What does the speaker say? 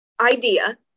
idea